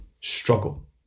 struggle